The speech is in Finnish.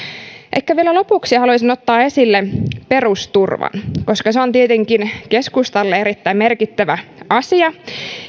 ehkä vielä lopuksi haluaisin ottaa esille perusturvan koska se on tietenkin keskustalle erittäin merkittävä asia